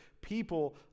people